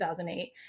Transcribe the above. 2008